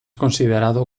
considerado